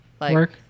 work